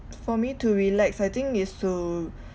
for me to relax I think it's to